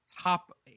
top